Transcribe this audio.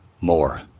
more